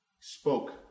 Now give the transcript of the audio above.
spoke